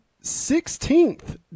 Sixteenth